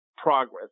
progress